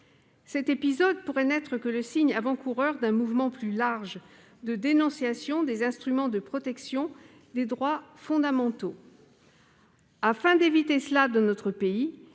Cet épisode pourrait être le signe avant-coureur d'un mouvement plus large de dénonciation des instruments de protection des droits fondamentaux. Afin d'éviter cela dans notre pays